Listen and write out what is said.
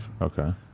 Okay